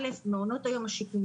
א', מעונות היום השיקומיים.